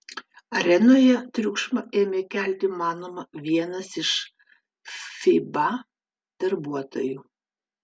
arenoje triukšmą ėmė kelti manoma vienas iš fiba darbuotojų